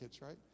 right